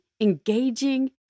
engaging